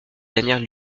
dernières